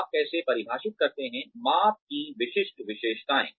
आप कैसे परिभाषित करते हैं माप की विशिष्ट विशेषताएं